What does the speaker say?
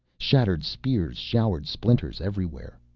shattered spears showered splinters everywhere.